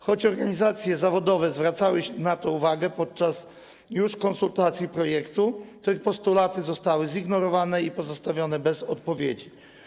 Choć organizacje zawodowe zwracały na to uwagę już podczas konsultacji projektu, to ich postulaty zostały zignorowane i pozostawione bez odpowiedzi.